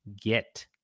get